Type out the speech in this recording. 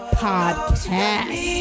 podcast